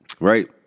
Right